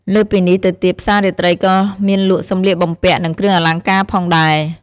លើសពីនេះទៅទៀតផ្សាររាត្រីក៏មានលក់សម្លៀកបំពាក់និងគ្រឿងអលង្ការផងដែរ។